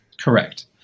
Correct